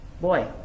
Boy